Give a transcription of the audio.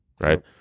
right